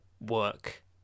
work